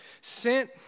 sent